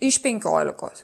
iš penkiolikos